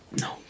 No